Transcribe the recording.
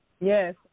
Yes